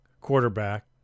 quarterback